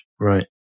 Right